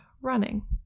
running